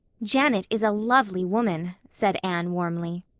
janet is a lovely woman, said anne warmly.